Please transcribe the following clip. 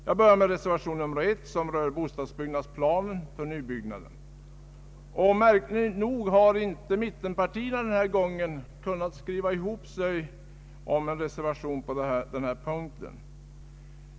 Jag börjar med reservation nr 1, som rör bostadsbyggnadsplanen för nybyggnad. Märkligt nog har mittenpartierna denna gång inte kunnat ena sig om en gemensam skrivning.